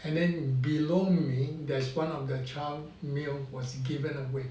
and then below me there's one of the child male was given away